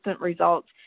results